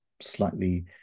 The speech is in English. slightly